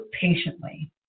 patiently